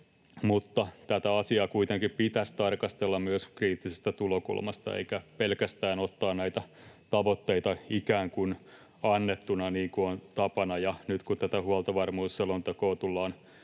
tätä asiaa kuitenkin pitäisi tarkastella myös kriittisestä tulokulmasta eikä pelkästään ottaa näitä tavoitteita ikään kuin annettuna, niin kuin on tapana. Ja nyt kun tätä huoltovarmuusselontekoa tullaan